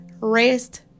rest